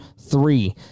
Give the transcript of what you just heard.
three